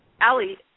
Allie